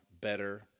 better